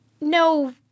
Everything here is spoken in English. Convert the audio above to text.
no